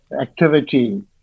activity